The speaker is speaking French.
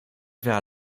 vers